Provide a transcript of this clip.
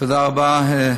תודה רבה.